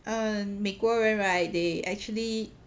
uh 美国人 right they actually